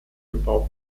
gebaut